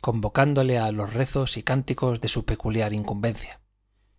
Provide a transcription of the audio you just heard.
convocándole a los rezos y cánticos de su peculiar incumbencia